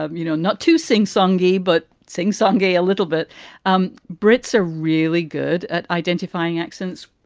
um you know, not to singsongy but singsong gai a little bit um brits are really good at identifying accents.